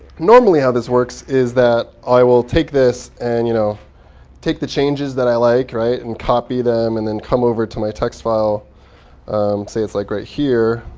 normally how this works is that i will take this and you know take the changes that i like, and copy them, and then come over to my text file say it's like right here